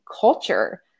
culture